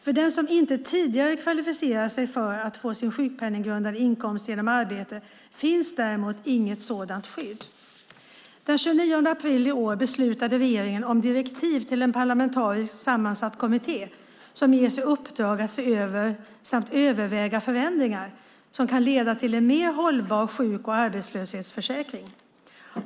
För den som inte tidigare kvalificerat sig för att få en sjukpenninggrundande inkomst genom arbete finns däremot inget sådant skydd. Den 29 april i år beslutade regeringen om direktiv till en parlamentariskt sammansatt kommitté som ges i uppdrag att se över samt överväga förändringar som kan leda till en mer hållbar sjuk och arbetslöshetsförsäkring.